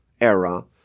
era